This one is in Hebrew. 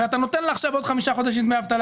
ואתה נותן לה עכשיו עוד חמישה חודשים דמי אבטלה